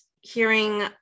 hearing